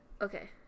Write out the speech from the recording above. Okay